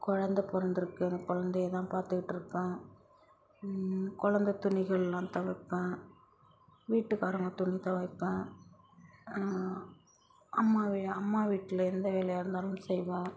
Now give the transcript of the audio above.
குழந்த பிறந்துருக்கு அந்த குலந்தைய தான் பார்த்துக்கிட்ருக்கேன் குலந்த துணிகள் எல்லாம் துவைப்பேன் வீட்டுக்காரவங்க துணி துவைப்பேன் அம்மா வீ அம்மா வீட்டில் எந்த வேலையாக இருந்தாலும் செய்வேன்